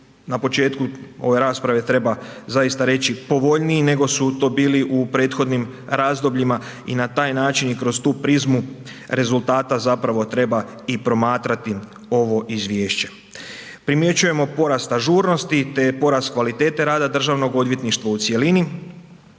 na početku ove rasprave treba zaista reći povoljniji nego su to bili u prethodnim razdobljima, i na taj način i kroz tu prizmu rezultata, zapravo treba i promatrati ovo Izvješće. Primjećujemo porast ažurnosti te porast kvalitete rada državnog odvjetništva u cjelini,